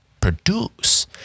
produce